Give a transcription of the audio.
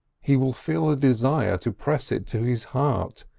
he will feel a desire to press it to his heart,